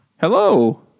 hello